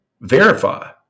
Verify